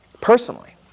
personally